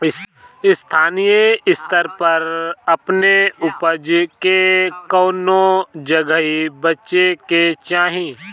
स्थानीय स्तर पर अपने ऊपज के कवने जगही बेचे के चाही?